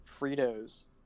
Fritos